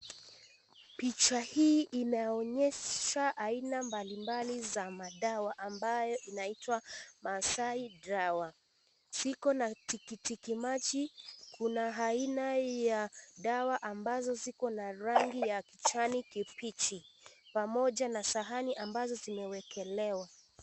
Picha hii inaonyesha aina mbalimbali za madawa inaitwa Masai dawa. Ziko na tikitimaji. Kuna aina ya dawa mabazo ziko na rangi ya kijani kibichi pamoja na sahani ambazo zimewekelewa.